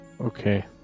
Okay